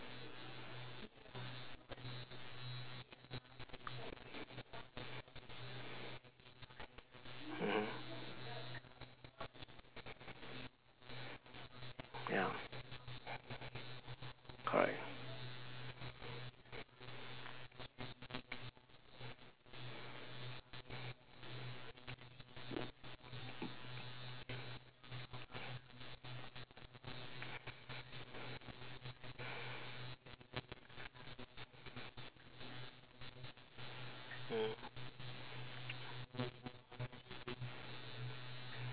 mmhmm ya correct